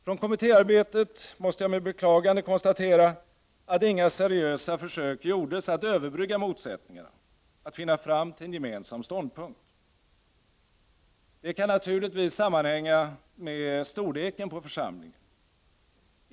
Från kommittéarbetet måste jag med beklagande konstatera att inga seriösa försök gjordes att överbrygga motsättningarna, att söka sig fram till en gemensam ståndpunkt. Det kan naturligtvis sammanhänga med storleken på församlingen.